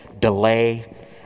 delay